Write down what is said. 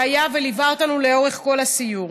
שהיה וליווה אותנו לאורך כל הסיור.